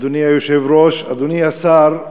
אדוני היושב-ראש, אדוני השר,